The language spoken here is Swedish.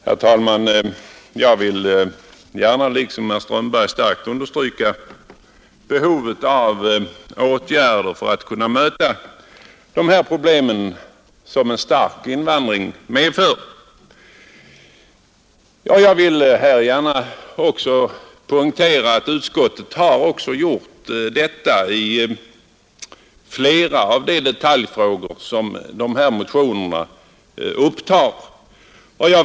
Herr talman! Jag vill gärna liksom herr Strömberg starkt understryka behovet av åtgärder för att kunna möta de problem som en stark invandring medför. Vidare vill jag här poängtera att utskottet har beaktat detta i flera av de detaljfrågor som ifrågavarande motioner upptar.